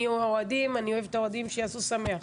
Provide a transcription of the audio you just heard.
אני אוהבת את האוהדים שיעשו שמח,